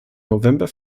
november